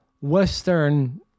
Western